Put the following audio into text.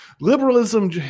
liberalism